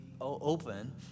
open